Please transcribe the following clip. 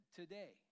today